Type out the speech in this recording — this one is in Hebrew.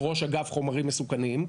חוק חומרים מסוכנים,